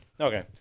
Okay